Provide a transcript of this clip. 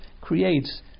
creates